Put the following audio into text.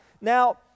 Now